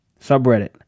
Subreddit